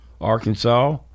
Arkansas